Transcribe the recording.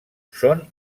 són